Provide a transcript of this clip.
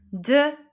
De